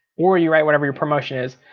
or you write whatever your promotion is.